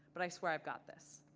but i swear i've got this,